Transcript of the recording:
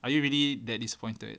are you really that disappointed